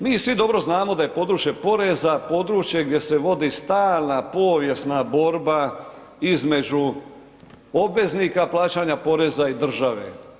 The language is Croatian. Mi svi dobro znamo da je područje poreza, područje gdje se vodi stalna povijesna borba između obveznika plaćanja poreza i države.